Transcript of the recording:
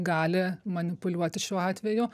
gali manipuliuoti šiuo atveju